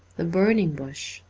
the burning bush,